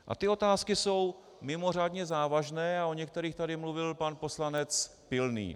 A ty otázky jsou mimořádně závažné a o některých tady mluvil pan poslanec Pilný.